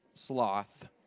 Sloth